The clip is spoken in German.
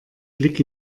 blick